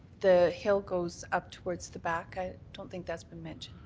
the hill goes up towards the back? i don't think that's been mentioned.